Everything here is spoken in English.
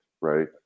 right